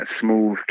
Smooth